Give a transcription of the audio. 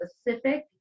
specific